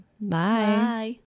Bye